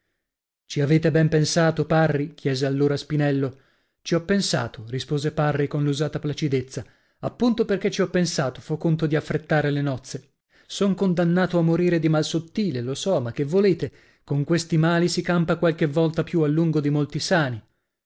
ci avete ben pensato parri chiese allora spinello ci ho pensato rispose parri con l'usata placidezza appunto perchè ci ho pensato fo conto di affrettare le nozze son condannato a morire di mal sottile lo so ma che volete con questi mali si campa qualche volta più a lungo di molti sani